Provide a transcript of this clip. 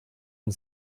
and